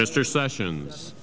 mr sessions